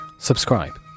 Subscribe